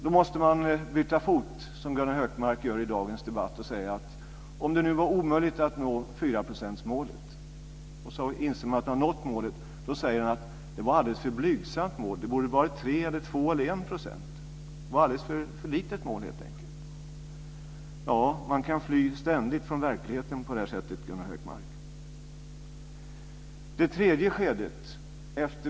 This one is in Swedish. Då måste man byta fot, som Gunnar Hökmark också gör i dagens debatt. Man sade att det var omöjligt att nå 4-procentsmålet, och så inser man att vi har nått målet. Då säger han nu att det var ett alldeles för blygsamt mål. Det borde ha varit 3 %, 2 % eller 1 %. Det var helt enkelt ett alldeles för litet mål. Ja, man kan ständigt fly från verkligheten på det sättet, Gunnar Hökmark. Nu handlar det om det tredje skedet.